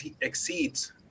exceeds